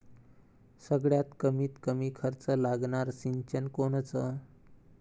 सगळ्यात कमीत कमी खर्च लागनारं सिंचन कोनचं?